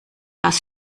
das